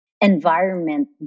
environment